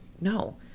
no